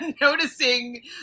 noticing